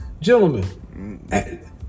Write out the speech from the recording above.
Gentlemen